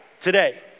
today